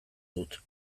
dut